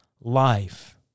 life